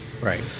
Right